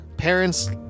Parents